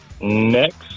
Next